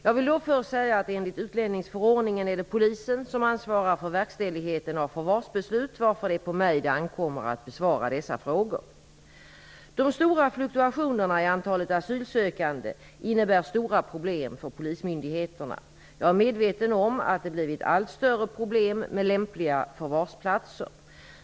Jag vill då först säga att enligt utlänningsförordningen är det polisen som ansvarar för verkställigheten av förvarsbeslut varför det är på mig det ankommer att besvara dessa frågor. De stora fluktuationerna i antalet asylsökanden innebär stora problem för polismyndigheterna. Jag är medveten om att det blivit allt större problem med lämpliga förvarsplatser.